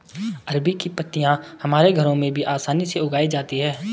अरबी की पत्तियां हमारे घरों में भी आसानी से उगाई जाती हैं